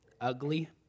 ugly